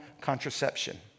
contraception